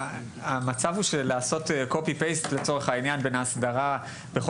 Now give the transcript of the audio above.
המצב של קופי פייסט לצורך העניין בין ההסדרה בין ההסדרה